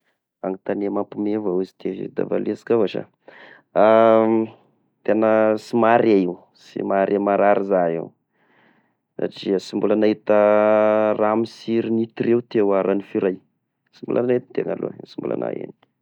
Fanotagnia mampiome avao izy ity, vita avy aiza lesy ka va sa? tegna sy mahare io, sy mahare marary iza a io satria sy mbola nahita raha misiry nitoreo teo iaho raha ny firahy, sy mbola nagnety tegna aloha, sy mbola nahegno.